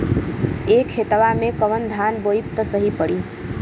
ए खेतवा मे कवन धान बोइब त सही पड़ी?